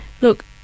Look